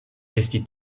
resti